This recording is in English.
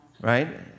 Right